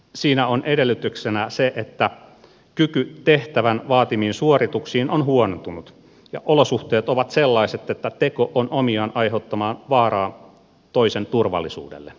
siinä on edellytyksenä se että kyky tehtävän vaatimiin suorituksiin on huonontunut ja olosuhteet ovat sellaiset että teko on omiaan aiheuttamaan vaaraa toisen turvallisuudelle